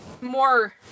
more